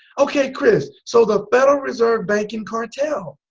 okay chris. so the federal reserve banking cartel.